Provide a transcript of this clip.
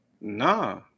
Nah